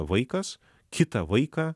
vaikas kitą vaiką